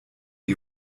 die